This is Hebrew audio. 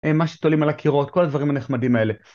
מה שתולים על הקירות, כל הדברים הנחמדים האלה.